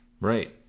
Right